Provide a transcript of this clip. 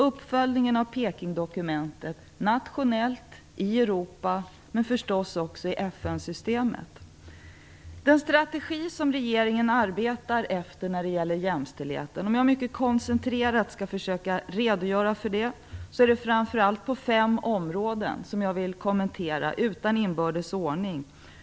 Uppföljningen av Pekingdokumentet nationellt, i Europa men förstås också i FN-systemet kommer att spela en stor roll för Jag skall mycket koncentrerat försöka redogöra för den strategi som regeringen arbetar efter när det gäller jämställdheten. Det är framför allt fem områden jag vill ta upp och kommentera, utan inbördes ordning.